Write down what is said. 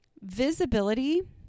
visibility